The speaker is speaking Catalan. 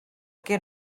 què